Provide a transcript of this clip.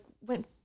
went